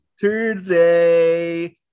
Thursday